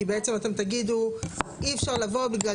כי בעצם אתם תגידו שאי אפשר לבוא בגלל